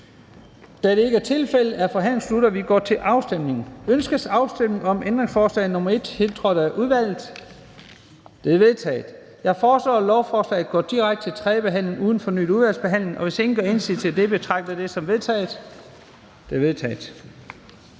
Afstemning Første næstformand (Leif Lahn Jensen): Ønskes afstemning om ændringsforslag nr. 1, tiltrådt af udvalget? Det er vedtaget. Jeg foreslår, at lovforslaget går direkte til tredje behandling uden fornyet udvalgsbehandling. Og hvis ingen gør indsigelse mod det, betragter jeg det som vedtaget. Det er vedtaget.